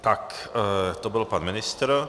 Tak to byl pan ministr.